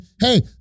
Hey